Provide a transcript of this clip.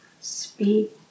speak